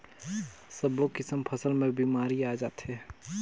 सब्बो किसम फसल मे बेमारी आ जाथे